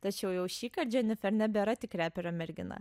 tačiau jau šįkart jenifer nebėra tik reperio mergina